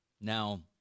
Now